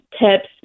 tips